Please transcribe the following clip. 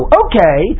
okay